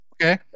Okay